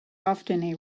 often